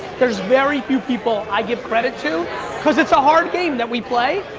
there's very few people i give credit to cause it's a hard game that we play.